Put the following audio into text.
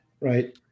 Right